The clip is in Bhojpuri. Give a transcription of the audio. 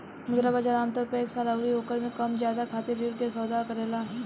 मुद्रा बाजार आमतौर पर एक साल अउरी ओकरा से कम समय खातिर ऋण के सौदा करेला